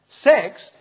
Sex